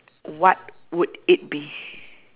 what would it be